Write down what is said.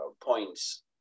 points